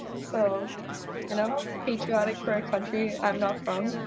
so you know patriotic for a country i'm not from.